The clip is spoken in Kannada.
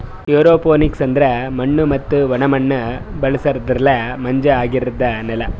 ಏರೋಪೋನಿಕ್ಸ್ ಅಂದುರ್ ಮಣ್ಣು ಮತ್ತ ಒಣ ಮಣ್ಣ ಬಳುಸಲರ್ದೆ ಮಂಜ ಆಗಿರದ್ ನೆಲ